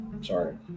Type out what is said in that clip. Sorry